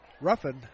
Ruffin